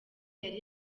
yari